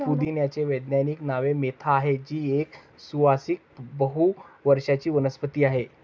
पुदिन्याचे वैज्ञानिक नाव मेंथा आहे, जी एक सुवासिक बहु वर्षाची वनस्पती आहे